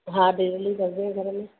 हा डिलीवरी कंदा आहियूं घर में